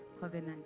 covenant